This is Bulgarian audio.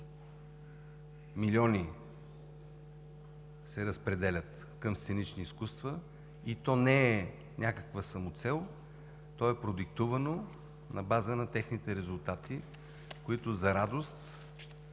милиони се разпределят към сценичните изкуства и то не е някаква самоцел, то е продиктувано на база на техните резултати, които за радост